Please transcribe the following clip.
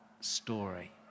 story